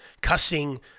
cussing